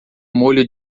molho